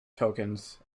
tokens